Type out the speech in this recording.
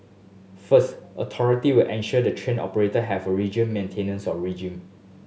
first authority will ensure the train operator have a region maintenance regime